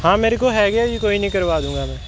ਹਾਂ ਮੇਰੇ ਕੋਲ ਹੈਗੇ ਆ ਜੀ ਕੋਈ ਨਹੀਂ ਕਰਵਾ ਦੂੰਗਾ ਮੈਂ